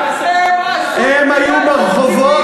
הם היו ברחובות,